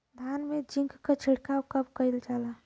धान में जिंक क छिड़काव कब कइल जाला?